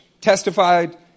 testified